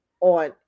on